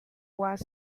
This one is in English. were